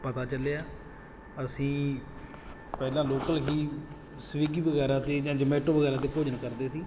ਪਤਾ ਚੱਲਿਆ ਅਸੀਂ ਪਹਿਲਾਂ ਲੋਕਲ ਹੀ ਸਵੀਗੀ ਵਗੈਰਾ 'ਤੇ ਜਾਂ ਜਮੈਟੋ ਵਗੈਰਾ 'ਤੇ ਭੋਜਨ ਕਰਦੇ ਸੀ